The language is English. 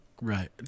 Right